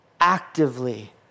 actively